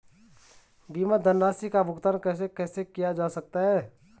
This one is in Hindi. बीमा धनराशि का भुगतान कैसे कैसे किया जा सकता है?